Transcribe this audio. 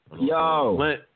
Yo